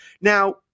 Now